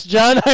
John